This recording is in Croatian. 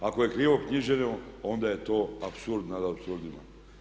Ako je krivo knjiženo ona je to apsurd nad apsurdima.